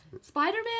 Spider-Man